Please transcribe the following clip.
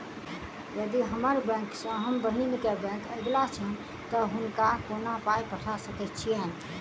यदि हम्मर बैंक सँ हम बहिन केँ बैंक अगिला छैन तऽ हुनका कोना पाई पठा सकैत छीयैन?